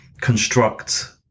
construct